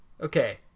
okay